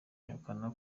ihakana